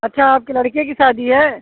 अच्छा आपके लड़के की शादी है